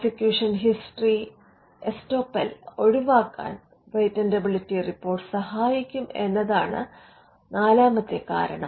prosecution history estoppel ഒഴിവാക്കാൻ patentability report സഹായിക്കും എന്നതാണ് നാലാമത്തെ കാരണം